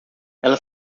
ela